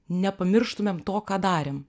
nepamirštumėm to ką darėm